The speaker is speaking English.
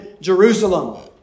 Jerusalem